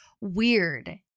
weird